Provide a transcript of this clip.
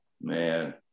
Man